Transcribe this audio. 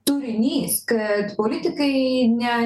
turinys kad politikai ne